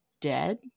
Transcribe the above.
dead